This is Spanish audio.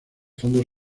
fondos